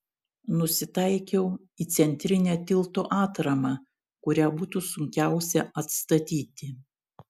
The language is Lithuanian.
nusitaikiau į centrinę tilto atramą kurią būtų sunkiausia atstatyti